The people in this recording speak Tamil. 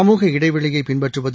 சமூக இடைவெளியை பின்பற்றுவது